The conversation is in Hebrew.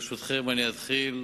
ברשותכם, אני אתחיל